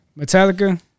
Metallica